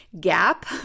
gap